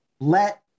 let